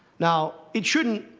now, it shouldn't.